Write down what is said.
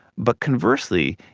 but conversely,